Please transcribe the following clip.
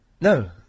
No